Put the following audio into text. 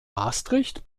maastricht